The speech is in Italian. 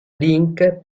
link